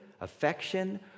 affection